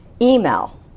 email